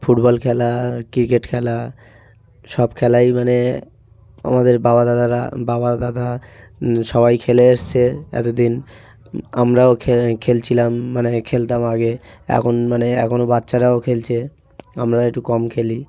football খেলা cricket খেলা সব খেলাই মানে আমাদের বাবা দাদারা বাবা দাদা সবাই খেলে এসেছে এতো দিন আমরাও খেল খেলছিলাম মানে খেলতাম আগে এখন মানে এখনও বাচ্চারাও খেলছে আমরা একটু কম খেলি